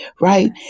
right